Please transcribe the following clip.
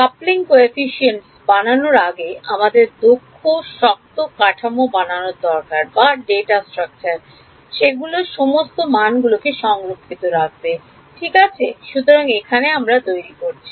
সংযোজন সহগ বানানোর আগে আমাদের দক্ষ তথ্য কাঠামো বানানোর দরকার সেগুলো সমস্ত মানগুলোকে সংরক্ষিত করে রাখবে ঠিক আছে সুতরাং এখানে তৈরি করছি